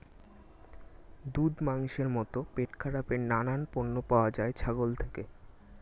দুধ, মাংসের মতো পেটখারাপের নানান পণ্য পাওয়া যায় ছাগল থেকে